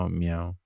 meow